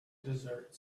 desert